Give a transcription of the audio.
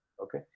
okay